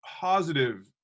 positive